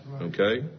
Okay